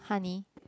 honey